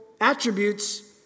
attributes